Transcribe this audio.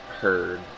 heard